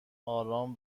آرام